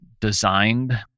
designed